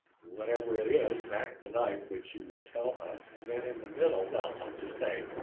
whatever it is, mack the knife, which you will tell us, and then in the middle, well, i'll just say,